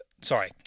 sorry